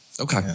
Okay